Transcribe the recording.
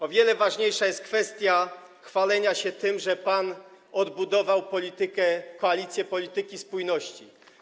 O wiele ważniejsza jest kwestia chwalenia się tym, że pan odbudował politykę, koalicję w zakresie polityki spójności.